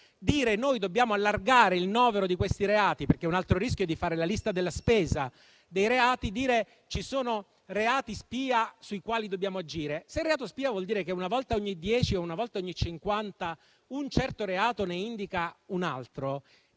che dobbiamo allargare il novero di tali reati, correndo il rischio di fare la lista della spesa. Ci sono reati spia sui quali dobbiamo agire. Se reato spia vuol dire che una volta ogni 10 o una volta ogni 50 un certo reato ne indica un altro,